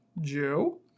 Joe